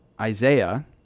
Isaiah